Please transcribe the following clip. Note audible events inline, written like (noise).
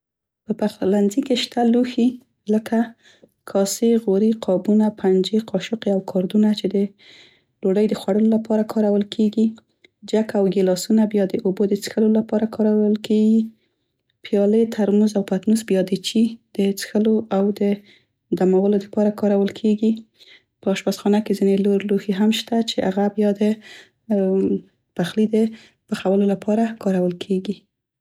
په پخلنځی کې شته لوښي لکه کاسې، غوري، قابونه، پنجې، قاشوقې او کاردونه چې دې ډوډۍ د خوړلو لپاره کارول کیګي، جک او ګیلاسونه بیا د اوبو د څښلو لپاره کارول کیږي، پیالې، ترموز او پتنوس بیا د چي د پخلي دې پخولو لپاره کارول کیګي. په اشپزخانه کې ځينې نور لوښي هم شته چې هغه بیا دې (hesitation) څښلو او د دمولو دپاره کارول کیګي.